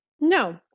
No